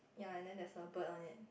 ya and then there's a bird on it